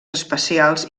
especials